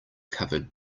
covered